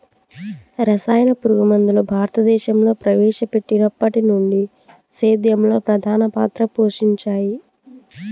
రసాయన పురుగుమందులు భారతదేశంలో ప్రవేశపెట్టినప్పటి నుండి సేద్యంలో ప్రధాన పాత్ర పోషించాయి